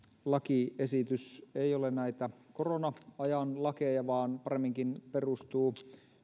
lakiesitys ei ole näitä korona ajan lakeja vaan paremminkin perustuu